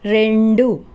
రెండు